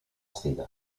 sfida